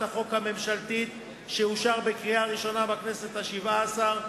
החוק הממשלתית שאושר בקריאה הראשונה בכנסת השבע-עשרה.